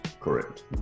correct